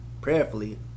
prayerfully